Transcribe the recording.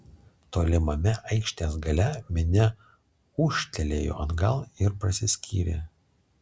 tolimame aikštės gale minia ūžtelėjo atgal ir prasiskyrė